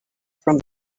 from